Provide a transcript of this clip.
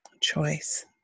choice